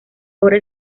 ahora